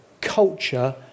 culture